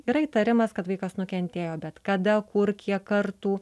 yra įtarimas kad vaikas nukentėjo bet kada kur kiek kartų